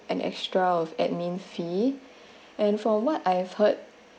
an extra admin fee and for what I've heard